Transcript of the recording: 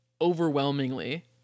overwhelmingly